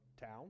town